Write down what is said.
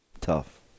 Tough